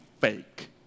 fake